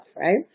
Right